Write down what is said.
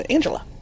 Angela